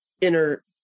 inner